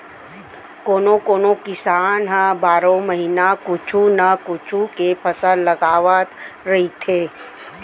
कोनो कोनो किसान ह बारो महिना कुछू न कुछू के फसल लगावत रहिथे